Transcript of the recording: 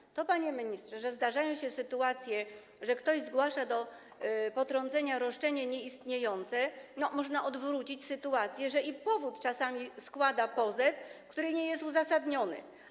Co do tego, panie ministrze, że zdarzają się sytuacje, że ktoś zgłasza do potrącenia roszczenie nieistniejące, to można odwrócić sytuację: i powód czasami składa pozew, który nie jest uzasadniony.